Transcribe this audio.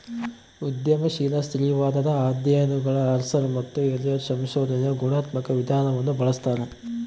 ಉದ್ಯಮಶೀಲ ಸ್ತ್ರೀವಾದದ ಅಧ್ಯಯನಗುಳಗಆರ್ಸರ್ ಮತ್ತು ಎಲಿಯಟ್ ಸಂಶೋಧನೆಯ ಗುಣಾತ್ಮಕ ವಿಧಾನವನ್ನು ಬಳಸ್ತಾರೆ